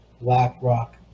BlackRock